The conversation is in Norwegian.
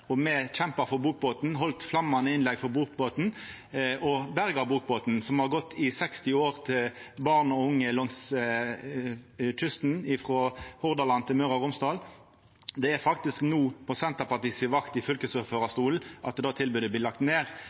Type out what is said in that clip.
og me kjempa for bokbåten, heldt flammande innlegg for bokbåten og berga bokbåten, som har gått i 60 år til barn og unge langs kysten frå Hordaland til Møre og Romsdal. Det er faktisk no på Senterpartiet si vakt i fylkesordførarstolen at det tilbodet blir lagt ned.